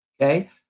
okay